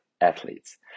athletes